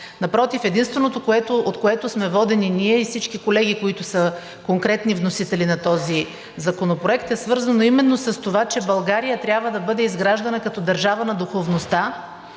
Напротив, единственото, от което сме водени ние и всички колеги, които са конкретни вносители на този законопроект, е свързано именно с това, че България трябва да бъде изграждана като държава на духовността,